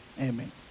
Amen